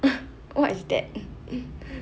what is that